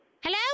Hello